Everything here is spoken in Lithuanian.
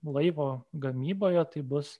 laivo gamyboje tai bus